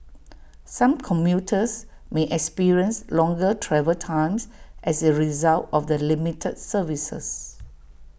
some commuters may experience longer travel times as A result of the limited services